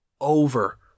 over